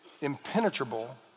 impenetrable